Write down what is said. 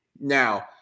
Now